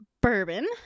bourbon